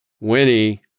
Winnie